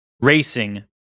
racing